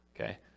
Okay